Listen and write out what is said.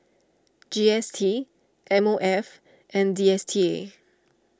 G S T M O F and D S T A